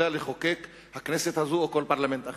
לחוקק הכנסת הזאת או כל פרלמנט אחר.